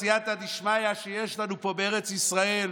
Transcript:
הסייעתא דשמיא שיש לנו פה בארץ ישראל